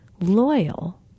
loyal